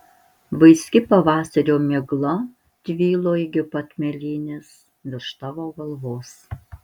vaiski pavasario migla tvylo iki pat mėlynės virš tavo galvos